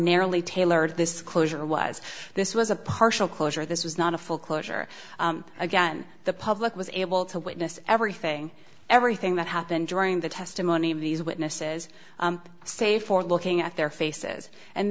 narrowly tailored this closure was this was a partial closure this was not a full closure again the public was able to witness everything everything that happened during the testimony of these witnesses say for looking at their faces and